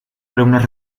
alumnos